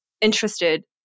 interested